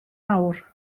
awr